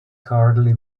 hardly